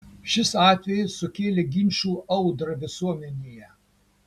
šis atvejis sukėlė ginčų audrą visuomenėje